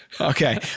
Okay